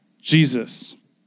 Jesus